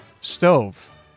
stove